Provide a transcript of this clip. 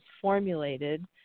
formulated